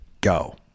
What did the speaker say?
go